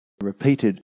repeated